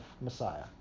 Messiah